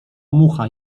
mucha